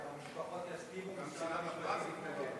גם אם המשפחות יסכימו, יתנגד.